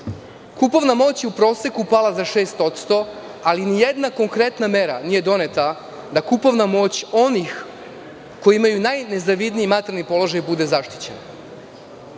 Kupovna moć je u proseku pala za 6%, ali ni jedna konkretna mera nije doneta, da kupovna moć onih koji imaju najnezavidniji materijalni položaj bude zaštićen. Činjenica